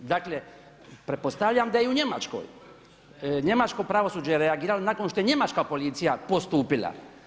Dakle, pretpostavljam da je i u Njemačkoj, njemačko pravosuđe reagiralo nakon što je njemačka policija postupila.